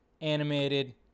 animated